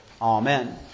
Amen